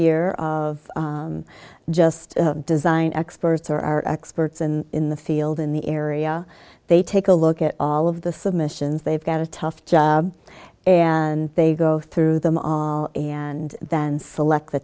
year of just design experts are experts and in the field in the area they take a look at all of the submissions they've got a tough job and they go through them all and then select the